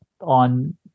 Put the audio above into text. on